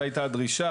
זו היתה הדרישה,